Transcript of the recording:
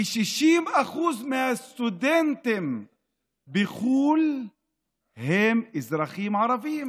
כ-60% מהסטודנטים בחו"ל הם אזרחים ערבים,